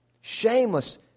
Shameless